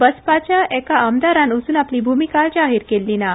बसपाच्या एका आमदारान अजून आपली भुमिका जाहीर केल्ली ना